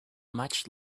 much